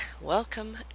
Welcome